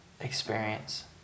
experience